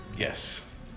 Yes